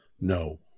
No